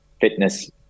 fitness